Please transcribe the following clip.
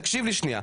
תקשיב לי שנייה,